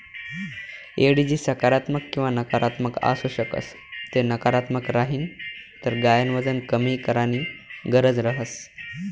एडिजी सकारात्मक किंवा नकारात्मक आसू शकस ते नकारात्मक राहीन तर गायन वजन कमी कराणी गरज रहस